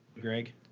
Greg